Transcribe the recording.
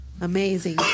Amazing